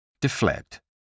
Deflect